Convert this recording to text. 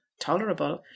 tolerable